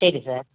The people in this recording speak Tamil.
சரி சார்